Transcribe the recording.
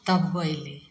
तब गयली